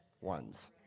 ones